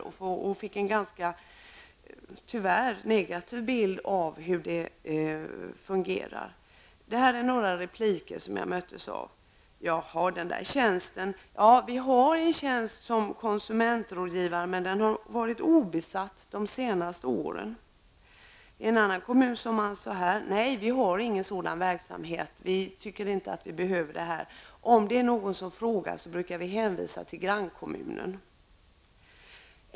Tyvärr fick jag en ganska negativ bild av hur det fungerar. Jag möttes bl.a. av följande repliker. ''Jaha, den där tjänsten, vi har en tjänst som konsumentrådgivare men den har varit obesatt de senaste åren.'' I en annan kommun sade man: ''Nej, vi har ingen sådan verksamhet. Vi tycker inte att vi behöver det här. Om det är någon som frågar brukar vi hänvisa till grannkommunen.''